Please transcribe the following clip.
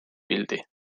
pildid